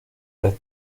vez